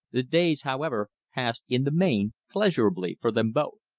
the days, however, passed in the main pleasurably for them both.